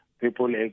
people